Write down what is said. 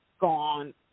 gone